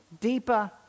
deeper